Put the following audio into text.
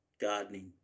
gardening